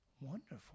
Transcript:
wonderful